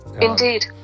Indeed